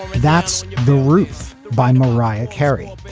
that's the roof by mariah carey,